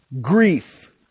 Grief